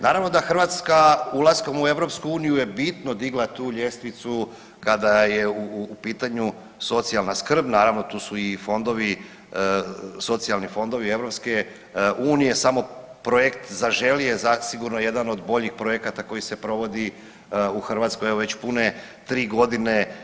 Naravno da Hrvatska ulaskom u EU je bitno digla tu ljestvicu kada je u pitanju socijalna skrb, naravno tu su i fondovi, socijalni fondovi EU, samo projekt Zaželi je zasigurno jedan od boljih projekata koji se provodi u Hrvatskoj evo već pune 3 godine.